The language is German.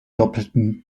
doppelten